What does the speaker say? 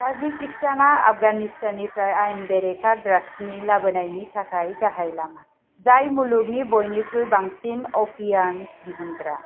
ताजिकिस्ताना आफगानिस्ताननिफ्राय आयेन बेरेखा ड्राग्सनि लाबोनायनि थाखाय गाहाय लामा जाय मुलुगनि बयनिख्रुइ बांसिन अपियाम दिहुनग्रा